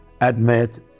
Admit